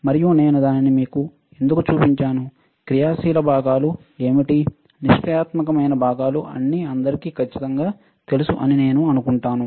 మరియు నేను దానిని మీకు ఎందుకు చూపించాను క్రియాశీల భాగాలు ఏమిటి నిష్క్రియాత్మకమైన భాగాలు అన్నీ అందరికీ ఖచ్చితంగా తెలుసు అని నేను అనుకుంటున్నాను